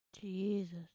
Jesus